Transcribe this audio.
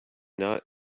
not